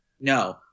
No